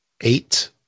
eight